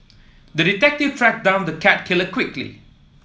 the detective tracked down the cat killer quickly